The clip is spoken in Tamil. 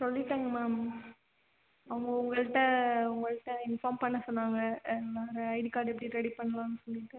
சொல்லிவிட்டங்க மேம் அவங்க உங்கள்கிட்ட உங்கள்கிட்ட இன்ஃபார்ம் பண்ண சொன்னாங்க வேறு ஐடி கார்ட் எப்படி ரெடி பண்ணலாம் சொல்லிவிட்டு